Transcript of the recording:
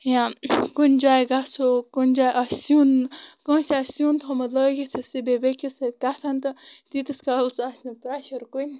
یا کُنہِ جاے گژھو کُنہِ جاے اسہِ سِیُن کٲنسہِ آسہِ سِیُن تھومُت لٲگِتھ سُہ بیٚہہِ بیکِس سۭتۍ کتھن تہٕ تیٖتِس کالس آسہِ نہٕ سُہ پریشر کُنے